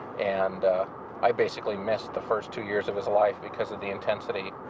and i basically missed the first two years of his life because of the intensity.